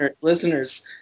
Listeners